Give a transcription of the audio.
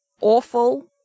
awful